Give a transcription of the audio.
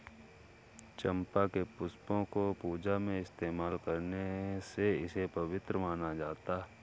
चंपा के पुष्पों को पूजा में इस्तेमाल करने से इसे पवित्र माना जाता